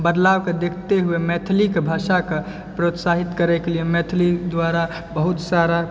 बदलावके देखते हुए मैथिलीके भाषा कऽ प्रोत्साहित करै कऽ लिअ मैथिली द्वारा बहुत सारा